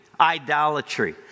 idolatry